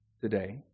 today